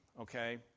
okay